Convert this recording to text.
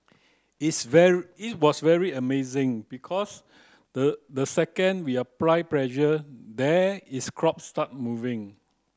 its very it was very amazing because the the second we applied pressure there is crop started moving